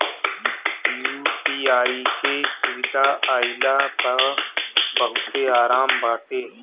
UPI के सुविधा आईला पअ बहुते आराम बाटे